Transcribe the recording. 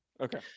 okay